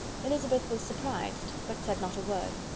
elizabeth was surprised, but said not a word.